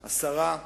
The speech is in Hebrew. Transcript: השרה,